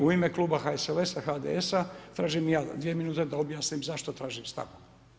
U ime kluba HSLS-a, HDS-a tražim i ja dvije minute da objasnim zašto tražim stanku.